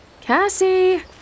Cassie